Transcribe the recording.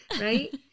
Right